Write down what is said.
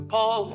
Paul